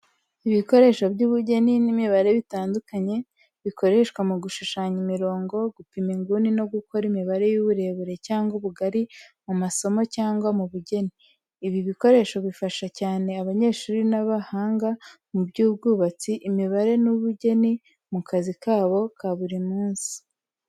Ibikoresho by’ubugeni n’imibare bitandukanye, bikoreshwa mu gushushanya imirongo, gupima inguni no gukora imibare y’uburebure cyangwa ubugari mu masomo cyangwa mu bugeni. Ibi bikoresho bifasha cyane abanyeshuri n’abahanga mu by’ubwubatsi, imibare n’ubugeni mu kazi kabo ka buri munsi.